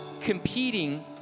competing